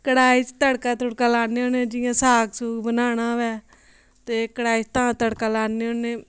कड़ाही च तड़का तुड़का लान्ने होन्ने जियां साग सूग बनाना होऐ ते कड़ाही च तां तड़का लान्ने होन्ने